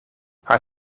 haar